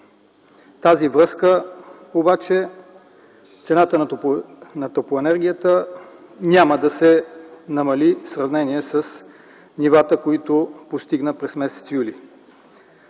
с това обаче цената на топлоенергията няма да се намали в сравнение с нивата, които постигна през м. юли.